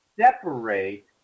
separate